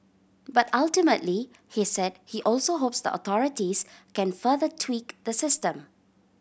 but ultimately he said he also hopes the authorities can further tweak the system